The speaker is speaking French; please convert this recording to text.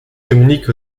communique